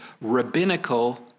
rabbinical